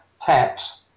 taps